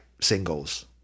singles